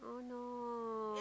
oh no